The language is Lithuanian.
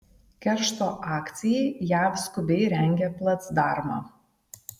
keršto akcijai jav skubiai rengia placdarmą